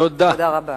תודה רבה.